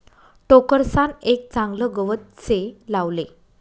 टोकरसान एक चागलं गवत से लावले